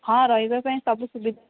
ହଁ ରହିବା ପାଇଁ ସବୁ ସୁବିଧା